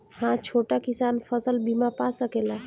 हा छोटा किसान फसल बीमा पा सकेला?